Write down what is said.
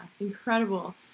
incredible